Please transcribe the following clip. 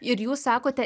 ir jūs sakote